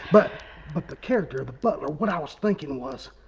but but the character, the butler, was i was thinking was.